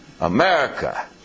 America